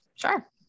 Sure